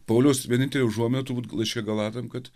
pauliaus vienintelė užuomina turbūt laiške galatam kad